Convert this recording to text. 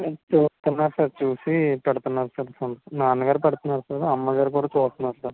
చూస్తన్నాను sir చూసి పెడుతున్నారు sir నాన్న గారు పెడుతున్నారు సార్ అమ్మ గారు కూడా చూస్తున్నారు సార్